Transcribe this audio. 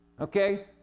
okay